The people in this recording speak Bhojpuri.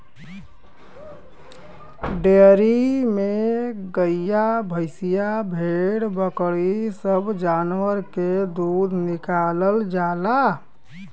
डेयरी में गइया भईंसिया भेड़ बकरी सब जानवर के दूध निकालल जाला